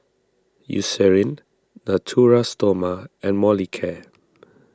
Eucerin Natura Stoma and Molicare